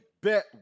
bet